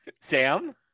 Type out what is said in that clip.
Sam